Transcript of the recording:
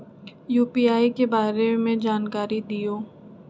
UPI के बारे में जानकारी दियौ?